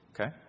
Okay